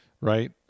right